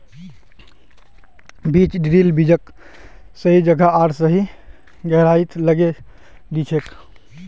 बीज ड्रिल बीजक सही जगह आर सही गहराईत लगैं दिछेक